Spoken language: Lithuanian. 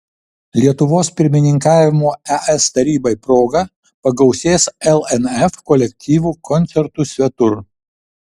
lietuvos pirmininkavimo es tarybai proga pagausės lnf kolektyvų koncertų svetur